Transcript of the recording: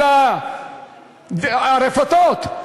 הרפתות.